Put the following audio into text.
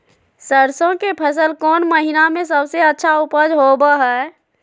सरसों के फसल कौन महीना में सबसे अच्छा उपज होबो हय?